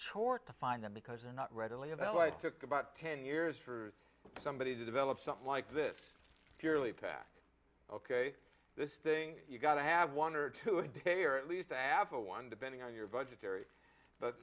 chore to find them because they're not readily available at took about ten years for somebody to develop something like this purely pat ok this thing you've got to have one or two a day or at least to have a one defending on your budgetary but